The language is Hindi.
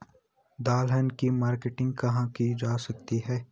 दलहन की मार्केटिंग कहाँ की जा सकती है?